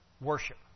worship